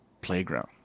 playground